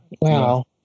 wow